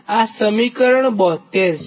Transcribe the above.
આ સમીકરણ 72 છે